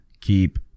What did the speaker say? keep